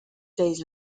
days